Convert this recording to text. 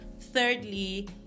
thirdly